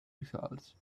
results